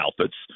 outfits